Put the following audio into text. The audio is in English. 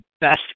best